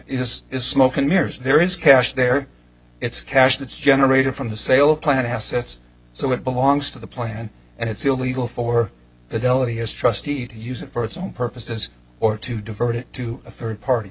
this is smoke and mirrors there is cash there it's cash that's generated from the sale of planet has it's so it belongs to the plant and it's illegal for the deli as trustee to use it for its own purposes or to divert it to a third party